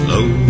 Low